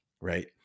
Right